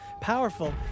powerful